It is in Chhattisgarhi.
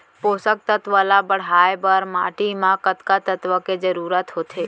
पोसक तत्व ला बढ़ाये बर माटी म कतका तत्व के जरूरत होथे?